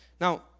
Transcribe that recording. Now